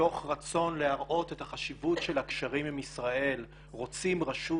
מתוך רצון להראות את החשיבות של הקשרים עם ישראל רוצים רשות